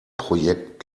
projekt